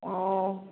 ओ